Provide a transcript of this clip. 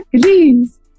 please